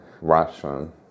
Russian